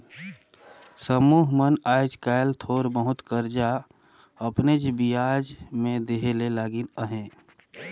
समुह मन आएज काएल थोर बहुत करजा अपनेच बियाज में देहे ले लगिन अहें